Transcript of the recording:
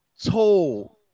told